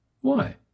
Why